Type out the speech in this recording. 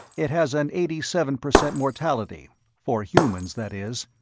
it has an eighty seven per cent mortality for humans, that is.